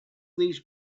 these